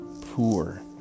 poor